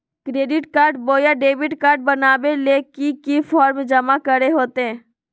Credit card बोया debit card बनाने ले की की फॉर्म जमा करे होते?